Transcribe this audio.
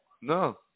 No